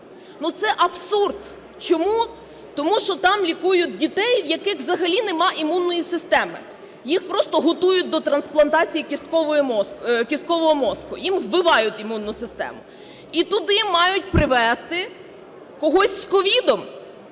Це абсурд. Чому? Тому що там лікують дітей, в яких взагалі нема імунної системи. Їх просто готують до трансплантації кісткового мозку, їм вбивають імунну систему. І туди мають привезти когось з COVID.